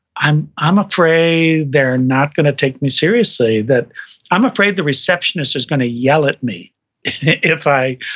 i'm i'm afraid they're not gonna take me seriously, that i'm afraid the receptionist is gonna yell at me if i,